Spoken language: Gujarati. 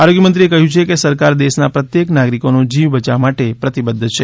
આરોગ્ય મંત્રીએ કહ્યું છે કે સરકાર દેશના પ્રત્યેક નાગરિકોનું જીવ બચાવવા માટે પ્રતિબધ્ધ છે